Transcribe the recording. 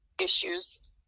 issues